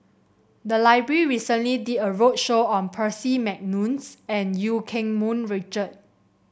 the library recently did a roadshow on Percy McNeice and Eu Keng Mun Richard